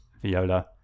viola